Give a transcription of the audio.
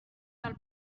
del